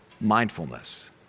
mindfulness